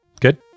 Good